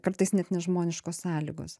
kartais net nežmoniškos sąlygos